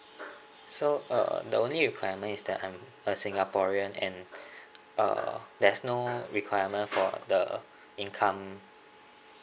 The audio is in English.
so uh the only requirement is that I'm a singaporean and uh there's no requirement for the income